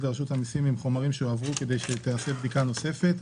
לרשות המיסים עם חומרים שהועברו כדי שהיא תעשה בדיקה נוספת.